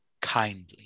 kindly